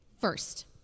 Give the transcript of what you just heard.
First